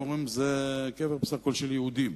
הם אומרים, זה קבר בסך הכול של יהודים.